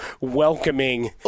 welcoming